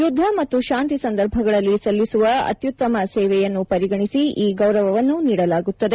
ಯುದ್ದ ಮತ್ತು ಶಾಂತಿ ಸಂದರ್ಭಗಳಲ್ಲಿ ಸಲ್ಲಿಸುವ ಅತ್ಯುತ್ತಮ ಸೇವೆಯನ್ನು ಪರಿಗಣಿಸಿ ಈ ಗೌರವವನ್ನು ನೀಡಲಾಗುತ್ತದೆ